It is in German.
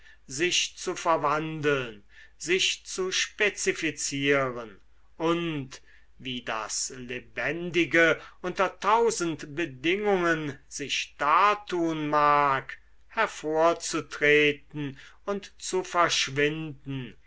sich zu verwandeln sich zu spezifizieren und wie das lebendige unter tausend bedingungen sich dartun mag hervorzutreten und zu verschwinden